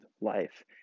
life